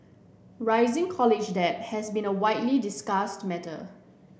rising college debt has been a widely discuss matter